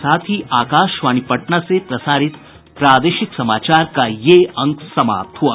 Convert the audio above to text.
इसके साथ ही आकाशवाणी पटना से प्रसारित प्रादेशिक समाचार का ये अंक समाप्त हुआ